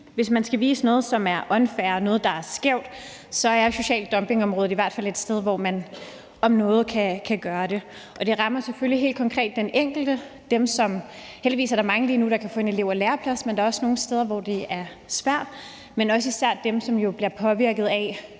Hvis man skal vise noget, som er unfair, og noget, der er skævt, så er social dumping-området om noget i hvert fald et sted, hvor man kan gøre det. Det rammer selvfølgelig helt konkret den enkelte. Heldigvis er der mange lige nu, der kan få en elev- eller læreplads, men der er også nogle steder, hvor det er svært. Men det handler jo især om dem, som jo bliver påvirket af